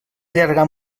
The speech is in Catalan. allargar